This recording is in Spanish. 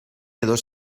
dos